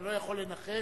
אני לא יכול לנחש.